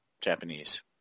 Japanese